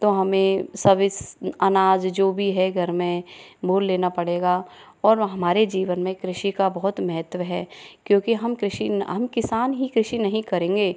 तो हमें सब इस अनाज जो भी है घर में मोल लेना पड़ेगा और हमारे जीवन में कृषि का बहुत महत्व है क्योंकि हम कृषि हम किसान ही कृषि नहीं करेंगे